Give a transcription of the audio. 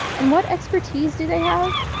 and what expertise do they have?